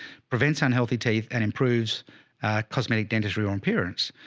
prevents unhealthy teeth, and improves cosmetic dentistry or appearance.